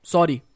Sorry